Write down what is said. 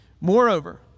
Moreover